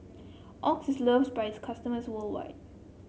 Oxy is loved by its customers worldwide